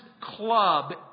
club